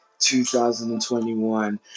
2021